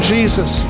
Jesus